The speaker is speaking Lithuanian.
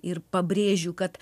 ir pabrėžiu kad